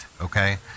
Okay